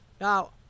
Now